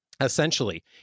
Essentially